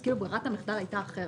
כלומר ברירת המחדל הייתה אחרת.